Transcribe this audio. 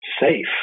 safe